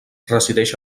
resideix